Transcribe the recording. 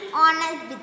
honest